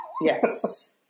Yes